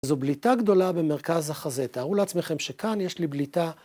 זו בליטה גדולה במרכז החזה.ף, תארו לעצמכם שכאן יש לי בליטה...